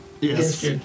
Yes